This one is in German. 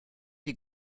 die